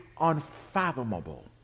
unfathomable